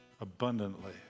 abundantly